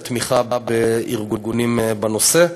לתמיכה בארגונים בנושא,